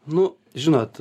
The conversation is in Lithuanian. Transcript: nu žinot